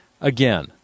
again